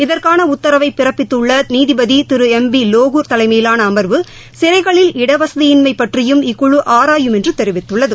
இதற்கான உத்தரவை பிறப்பித்துள்ள நீதிபதி திரு எம் பி லோக்கூர் தலைமையிலான அமர்வு சிறைகளில் இடவசதியின்மை பற்றியும் இக்குழு ஆராயும் என்று தெரிவித்துள்ளது